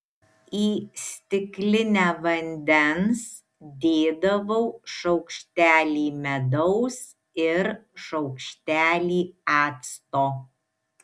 į stiklinę vandens dėdavau šaukštelį medaus ir šaukštelį acto